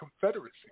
Confederacy